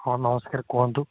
ହଁ ନମସ୍କାର କୁହନ୍ତୁ